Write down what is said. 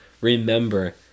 remember